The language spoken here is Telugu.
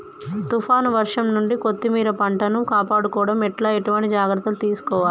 తుఫాన్ వర్షం నుండి కొత్తిమీర పంటను కాపాడుకోవడం ఎట్ల ఎటువంటి జాగ్రత్తలు తీసుకోవాలే?